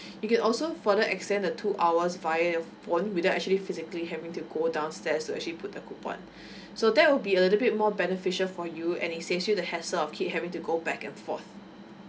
you also further extend the two hours via your phone without actually physically having to go downstairs to actually put the coupon so that will be a little bit more beneficial for you and it saves you the hassle of keep having to go back and forth